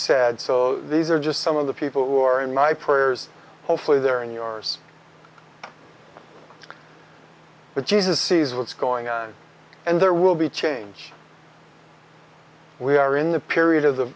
said so these are just some of the people who are in my prayers hopefully they're in yours with jesus sees what's going on and there will be change we are in the period of the